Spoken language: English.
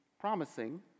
promising